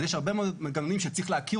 אז יש הרבה מאוד מנגנונים שצריך להכיר